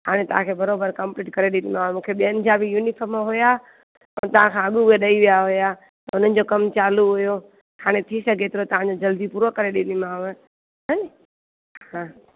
हाणे तव्हांखे बराबरि कंप्लीट करे ॾींदीमांव मूंखे ॿियनि जा बि युनिफ़ाम हुया पर तव्हांखां अॻ उहे ॾेई विया हुया त हुननि जो कम चालू हुयो हाणे थी सघे थो तव्हांजो जल्दी पूरो करे ॾींदीमांव हा न हा